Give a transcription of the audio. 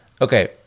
okay